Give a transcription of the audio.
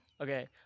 Okay